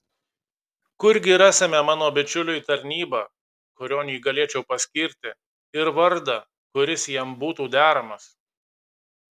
kurgi rasime mano bičiuliui tarnybą kurion jį galėčiau paskirti ir vardą kuris jam būtų deramas